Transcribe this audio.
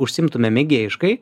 užsiimtume mėgėjiškai